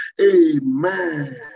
Amen